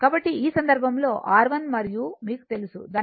కాబట్టి ఈ సందర్భంలో R i మరియు మీకు తెలుసు దాని నుండి i c dv dt